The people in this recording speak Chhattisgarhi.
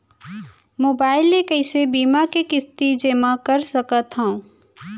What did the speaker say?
मोबाइल ले कइसे बीमा के किस्ती जेमा कर सकथव?